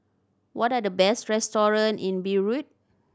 what are the best restaurant in Beirut